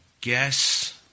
guess